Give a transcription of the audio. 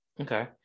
okay